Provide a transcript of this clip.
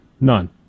None